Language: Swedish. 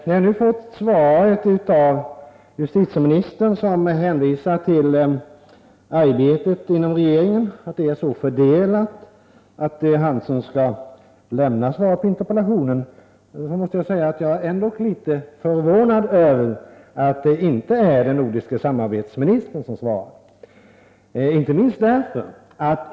När jag nu har fått svaret av justitieministern, som hänvisar till att arbetet inom regeringen är så fördelat att det är han som skall lämna svaret på interpellationen, så måste jag säga att jag ändå är litet förvånad över att det inte är den nordiske samarbetsministern som svarar.